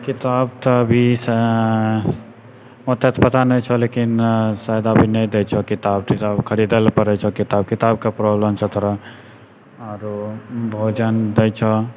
किताब तऽ अभीसँ ओते तऽ पता नहि छौ लेकिन शायद अभी नहि दै छौ किताब तिताब खरीदल पड़ै छौ किताब किताबके प्रॉब्लम छौ तऽ थोड़ा आरो भोजन दै छौ